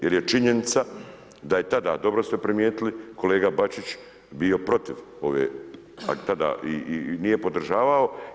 Jer je činjenica, da je tada, dobro ste primijetili, kolega Bačić, bio protiv ove, a tada i nije podržavao.